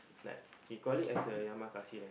like we call it as a Yamakasi lah